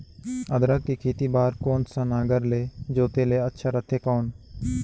अदरक के खेती बार कोन सा नागर ले जोते ले अच्छा रथे कौन?